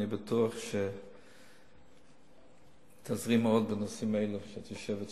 אני בטוח שתעזרי מאוד בנושאים האלה כשאת יושבת שם.